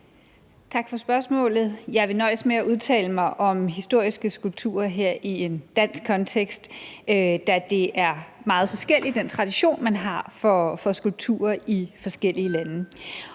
Tak for spørgsmålet. Jeg vil nøjes med at udtale mig om historiske skulpturer her i en dansk kontekst, da det er meget forskelligt med den tradition, man har for skulpturer i forskellige lande.